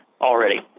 already